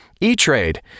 E-Trade